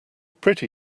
pretty